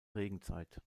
regenzeit